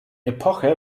epoche